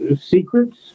secrets